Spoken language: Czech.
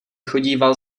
chodíval